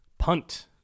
punt